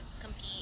compete